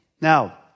Now